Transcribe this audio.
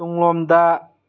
ꯇꯨꯡꯂꯣꯝꯗ